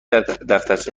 دفترچه